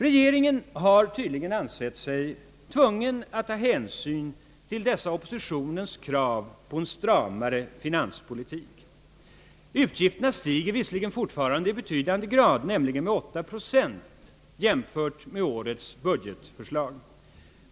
Regeringen har tydligen ansett sig tvungen att ta hänsyn till dessa oppositionens krav på en stramare finanspolitik. Utgifterna stiger visserligen fortfarande i betydande grad, nämligen med cirka 8 procent jämfört med årets budgetförslag.